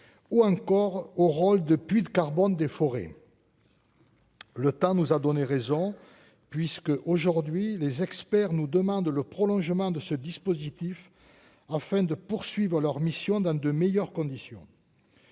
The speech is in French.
ou encore au rôle de puits de carbone des forêts. Le temps nous a donné raison puisque, aujourd'hui, les experts nous demandent le prolongement de ce dispositif en fin de poursuivre leur mission dans de meilleures conditions,